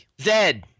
Zed